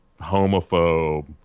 homophobe